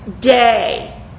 day